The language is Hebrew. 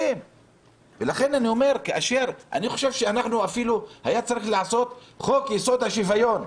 לכן אני חושב שאפילו היה צריך לעשות חוק יסוד: השוויון,